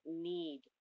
need